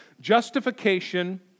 justification